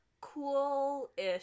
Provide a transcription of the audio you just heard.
cool-ish